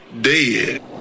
dead